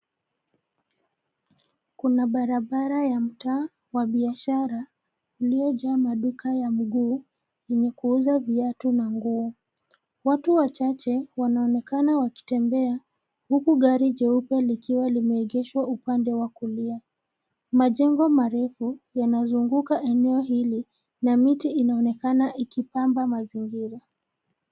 Kuna barabara ya mtaa wa biashara iliyojaa maduka ya mguu yenye kuuza viatu na nguo. Watu wachache wanaonekana wakitembea huku gari jeupe likiwa limeegeshwa upande wa kulia. Majengo marefu yanazunguka eneo hili na miti inaonekana ikipamba mazingira.